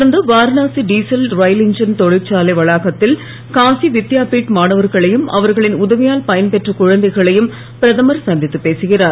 தொடர்ந்து Varanasi diesel rail engine தொழிற்சாலை வளாகத்தில் காசி வித்யாபீட் மாணவர்களையும் அவர்களின் உதவியால் பயன்பெற்ற குழந்தைகளையும் பிரதமர் சந்தித்துப் பேக்கிறார்